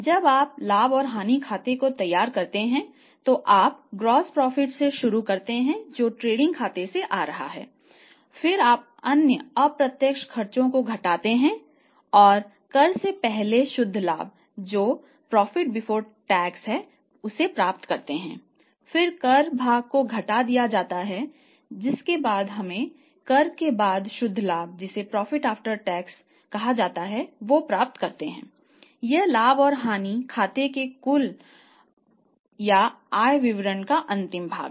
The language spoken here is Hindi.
जब आप लाभ और हानि खाते को तैयार करते हैं तो आप सकल लाभ का अंतिम भाग है